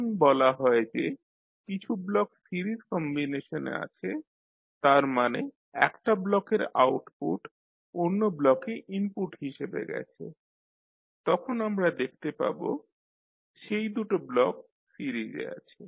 যখন বলা হয় যে কিছু ব্লক সিরিজ কম্বিনেশনে আছে তার মানে একটা ব্লকের আউটপুট অন্য ব্লকে ইনপুট হিসাবে গেছে তখন আমরা দেখতে পাবো সেই দুটো ব্লক সিরিজে আছে